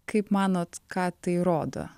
kaip manot ką tai rodo